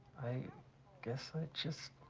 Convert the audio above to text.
guess i just,